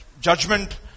judgment